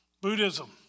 Buddhism